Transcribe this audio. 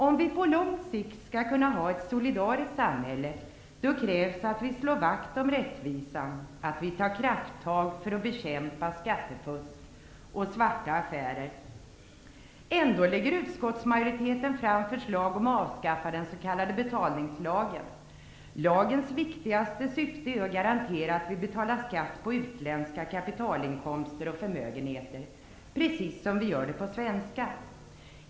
Om vi på lång sikt skall kunna ha ett solidariskt samhälle, krävs det att vi slår vakt om rättvisan och att vi tar krafttag för att bekämpa skattefusk och svarta affärer. Utskottsmajoriteten lägger ändå fram förslag om att avskaffa den s.k. betalningslagen. Lagens viktigaste syfte är att garantera att vi betalar skatt på utländska kapitalinkomster och förmögenheter, precis som vi gör på svenska.